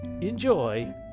Enjoy